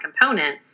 component